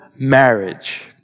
Marriage